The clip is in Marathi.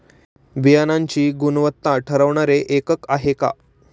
बियाणांची गुणवत्ता ठरवणारे एकक आहे का?